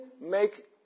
make